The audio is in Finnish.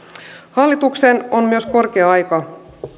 hallituksen on myös korkea aika